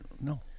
no